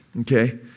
Okay